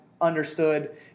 understood –